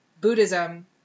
Buddhism